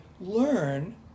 learn